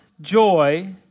joy